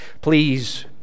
please